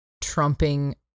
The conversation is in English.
trumping